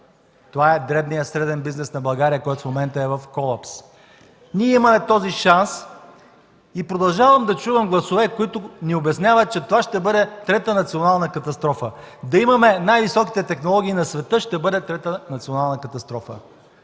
Това е дребния, средния бизнес на България, който в момента е в колапс. Ние имаме този шанс и продължавам да чувам гласове, които ни обясняват, че това ще бъде трета национална катастрофа. Да имаме най-високите технологии на света ще бъде трета национална катастрофа!?